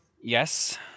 Yes